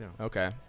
Okay